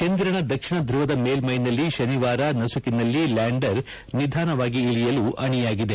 ಚಂದಿರನ ದಕ್ಷಿಣ ಧುವದ ಮೇಲ್ಮೈನಲ್ಲಿ ಶನಿವಾರ ನಸುಕಿನಲ್ಲಿ ಲ್ಯಾಂಡರ್ ನಿಧಾನವಾಗಿ ಇಳಿಯಲು ಅಣಿಯಾಗಿದೆ